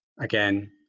again